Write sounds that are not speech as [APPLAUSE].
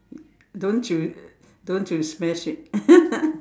don't you don't you smash it [LAUGHS]